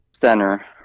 center